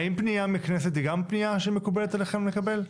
האם פנייה מהכנסת היא גם פנייה שמקובלת עליכם לקבל?